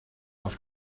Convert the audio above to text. auf